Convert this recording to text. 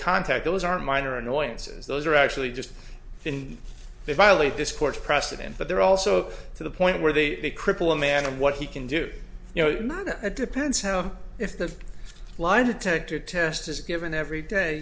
contact those are minor annoyances those are actually just when they violate this court's precedent but they're also to the point where they cripple a man and what he can do you know it depends how if the lie detector test is given every day